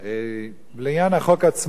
לעניין החוק עצמו,